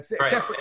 Right